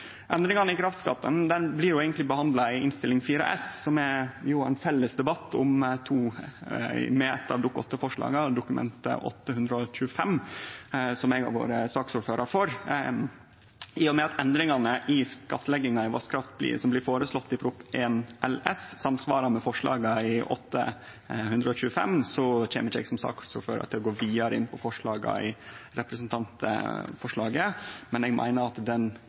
i kraftskatten blir eigentleg behandla i Innst. 4 L for 2020–2021, som er ein felles debatt med Dokument 8:125 S for 2019–2020, som eg har vore saksordførar for. I og med at endringane i skattlegginga i vasskraft som blir føreslått i Prop. 1 LS for 2020–2021, samsvarar med forslaga i Dokument 8:125 S, kjem ikkje eg som saksordførar til å gå vidare inn på forslaga i representantforslaget. Men eg meiner at den